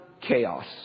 chaos